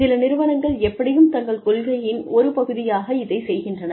சில நிறுவனங்கள் எப்படியும் தங்கள் கொள்கையின் ஒரு பகுதியாக இதைச் செய்கின்றன